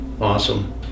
awesome